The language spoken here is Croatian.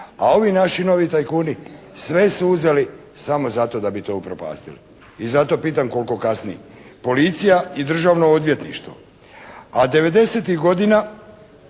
a ovi naši novi tajkuni sve su uzeli samo zato da bi to upropastili. I zato pitam koliko kasni policija i Državno odvjetništvo? A 90-tih godina